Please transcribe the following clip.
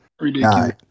Ridiculous